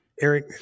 Eric